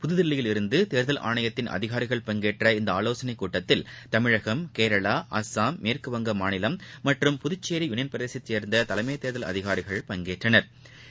புதகில்லியில் இருந்தேர்தல் ஆணையத்தின் அதிகாரிகள் பங்கேற்ற இந்தஆலோசனைகூட்டத்தில் தமிழகம் கேரளா அசாம் மேற்குவங்கமாநிலம் மற்றும் புதுச்சேரி யூளியள் பிரதேசத்தைசேர்ந்தலைமைத் தேர்தல் அதிகாரிகள் பங்கேற்றலர்